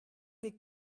des